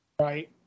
right